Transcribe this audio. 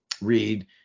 read